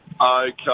Okay